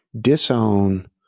disown